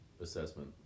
assessment